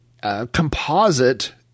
composite